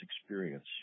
experience